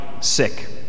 sick